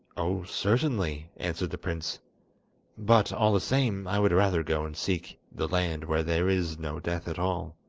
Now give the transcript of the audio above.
oh, certainly answered the prince but, all the same, i would rather go and seek the land where there is no death at all